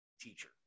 teacher